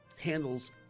handles